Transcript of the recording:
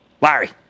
Larry